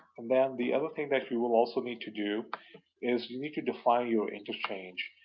and then the other thing that you will also need to do is, you need to define your interchange,